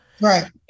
Right